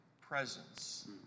presence